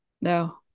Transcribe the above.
No